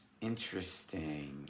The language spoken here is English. Interesting